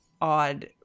odd